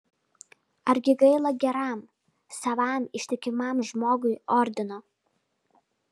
argi gaila geram savam ištikimam žmogui ordino